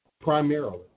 primarily